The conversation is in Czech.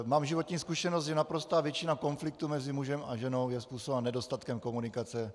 Mám životní zkušenost, že naprostá většina konfliktů mezi mužem a ženou je způsobena nedostatkem komunikace.